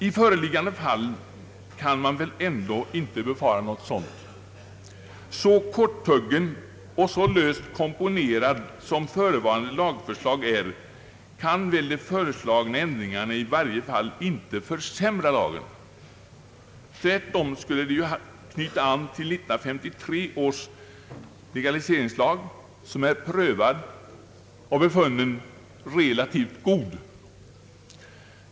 I föreliggande fall kan man väl ändå inte befara något sådant. Så korthugget och löst komponerat som föreliggande lagförslag är kan väl de föreslagna ändringarna i varje fall inte försämra lagen; tvärtom skulle de knyta an till 1953 års legaliseringslag, som är prövad och befunnen relativt god.